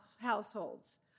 households